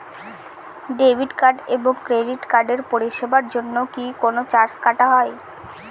Debit card এবং credit কার্ডের পরিষেবার জন্য কি কোন চার্জ কাটা হয়?